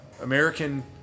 American